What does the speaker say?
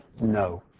no